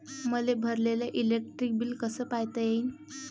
मले भरलेल electric bill कस पायता येईन?